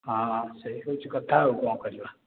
ହଁ ହଁ ସେଇ ହେଉଛି କଥା ଆଉ କ'ଣ କରିବା